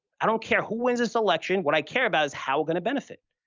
i don't care who wins this election. what i care about is how we're going to benefit.